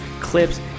clips